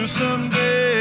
someday